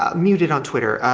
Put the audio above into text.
um muted on twitter,